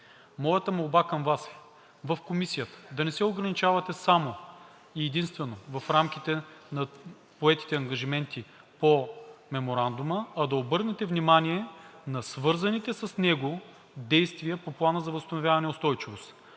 Моята молба към Вас е: в Комисията да не се ограничавате само и единствено в рамките на поетите ангажименти по Меморандума, а да обърнете внимание на свързаните с него действия по Плана за възстановяване и устойчивост.